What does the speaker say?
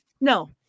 No